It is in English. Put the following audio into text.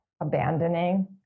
abandoning